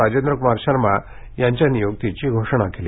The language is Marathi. राजेंद्र कुमार शर्मा यांच्या नियुक्तीची घोषणा केली